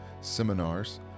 seminars